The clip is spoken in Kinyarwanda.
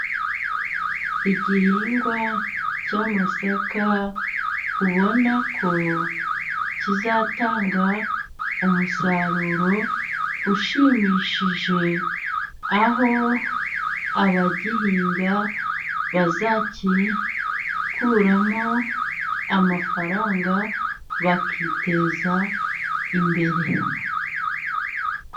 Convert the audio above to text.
Igihingwa cy'amasaka ubona ko kizatanga umusaruro ushimishije. Aho abagihinga bazagikuramo amafaranga bakiteza imbere.